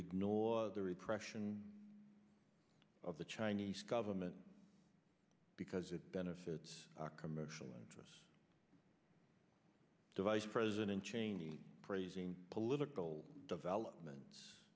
ignore the repression of the chinese government because it benefits commercial interests to vice president cheney praising political developments